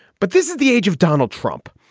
but this is the age of donald trump.